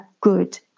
good